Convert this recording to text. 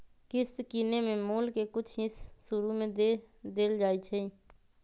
किस्त किनेए में मोल के कुछ हिस शुरू में दे देल जाइ छइ